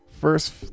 first